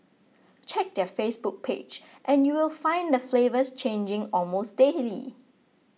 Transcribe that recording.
check their Facebook page and you will find the flavours changing almost daily